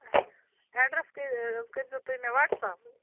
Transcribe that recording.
اچھا ایڈرس کٔرۍزیو تُہۍ مےٚ وٹسیپ